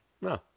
No